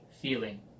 feeling